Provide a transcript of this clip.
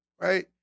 right